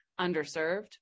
underserved